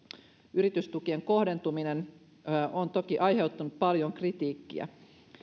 yritystukien kohdentuminen on toki aiheuttanut paljon kritiikkiä